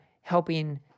helping